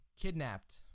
Kidnapped